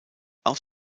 aus